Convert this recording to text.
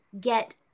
get